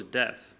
death